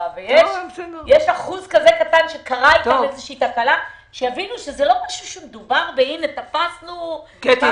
ויש אחוז קטן שקרתה אתם תקלה שיבינו שלא מדובר בהנה תפסנו- -- תודה.